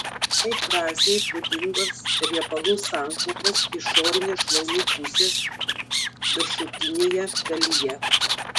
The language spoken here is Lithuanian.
šiai fazei būdingos riebalų sankaupos išorinės šlaunų pusės viršutinėje dalyje